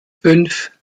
fünf